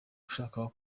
ushaka